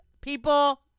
people